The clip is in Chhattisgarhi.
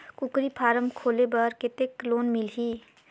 कूकरी फारम खोले बर कतेक लोन मिलही?